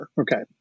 Okay